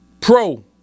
pro